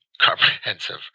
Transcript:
comprehensive